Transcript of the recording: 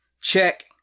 Check